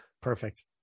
perfect